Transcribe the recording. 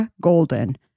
Golden